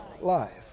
life